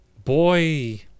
Boy